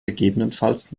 gegebenenfalls